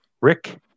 Rick